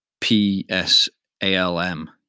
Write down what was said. P-S-A-L-M